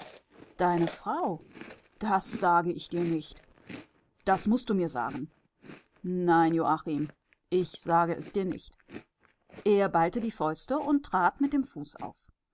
deine frau das sage ich dir nicht das mußt du mir sagen nein joachim ich sage es dir nicht er ballte die fäuste und trat mit dem fuß auf